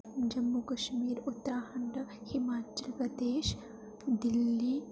Jammu Kashmir Uttarakhand Himachal Pradesh Delhi